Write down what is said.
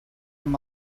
amb